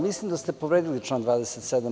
Mislim da ste povredili član 27.